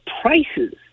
prices